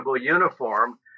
uniform